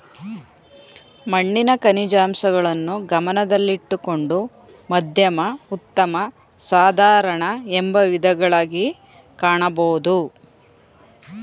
ಮಣ್ಣಿನ ಖನಿಜಾಂಶಗಳನ್ನು ಗಮನದಲ್ಲಿಟ್ಟುಕೊಂಡು ಮಧ್ಯಮ ಉತ್ತಮ ಸಾಧಾರಣ ಎಂಬ ವಿಧಗಳಗಿ ಕಾಣಬೋದು